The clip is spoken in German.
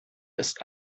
ist